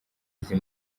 izi